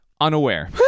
unaware